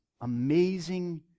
amazing